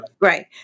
Right